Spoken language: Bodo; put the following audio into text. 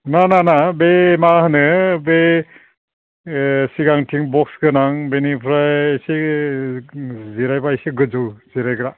ना ना ना बे मा होनो बे सिगांथिं बक्स गोनां बेनिफ्राय एसे जिरायबा एसे गोजौ जिरायग्रा